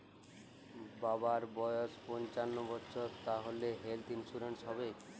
বাবার বয়স পঞ্চান্ন বছর তাহলে হেল্থ ইন্সুরেন্স হবে?